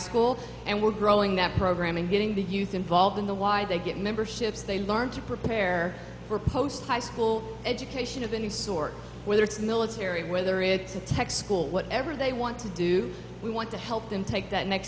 school and we're growing that program and hitting the youth involved in the why they get memberships they learn to prepare for post high school education of any sort whether it's military whether it's a tech school whatever they want to do we want to help them take that next